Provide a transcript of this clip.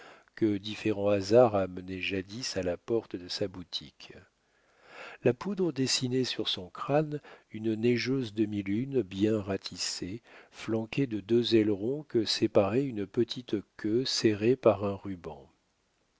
que différents hasards amenaient jadis à la porte de sa boutique la poudre dessinait sur son crâne une neigeuse demi-lune bien ratissée flanquée de deux ailerons que séparait une petite queue serrée par un ruban